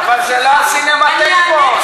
אבל זה לא הסינמטק פה,